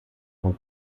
von